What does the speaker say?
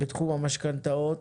בתחום המשכנתאות,